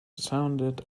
sounded